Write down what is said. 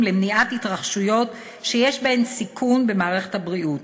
למניעת התרחשויות שיש בהן סיכון במערכת הבריאות.